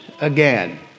again